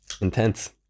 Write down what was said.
Intense